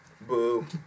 Boo